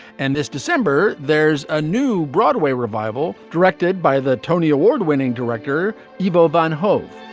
and this december there's a new broadway revival directed by the tony award winning director ivo van hove.